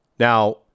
Now